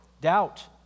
Doubt